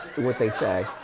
what they say.